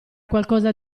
qualcosa